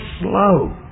slow